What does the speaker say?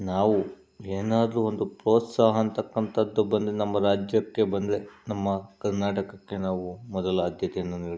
ನಾವು ಏನಾದ್ರೂ ಒಂದು ಪ್ರೋತ್ಸಾಹ ಅಂತಕ್ಕಂಥದ್ದು ಬಂದರೆ ನಮ್ಮ ರಾಜ್ಯಕ್ಕೆ ಬಂದರೆ ನಮ್ಮ ಕರ್ನಾಟಕಕ್ಕೆ ನಾವು ಮೊದಲು ಆದ್ಯತೆಯನ್ನು ನೀಡುತ್ತೇವೆ